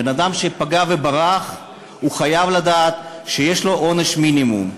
בן-אדם שפגע וברח חייב לדעת שיש לו עונש מינימום,